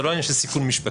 זה לא עניין של סיכון משפטי,